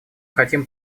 хотим